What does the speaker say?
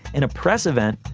in a press event,